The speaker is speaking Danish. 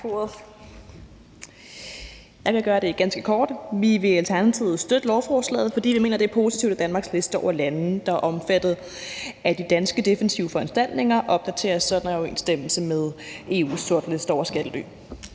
Jeg vil gøre det ganske kort. Vi vil i Alternativet støtte lovforslaget, fordi vi mener, at det er positivt, at Danmarks liste over lande, der er omfattet af de danske defensive foranstaltninger, opdateres, så der er overensstemmelse med EU's sortliste over skattely.